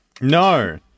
No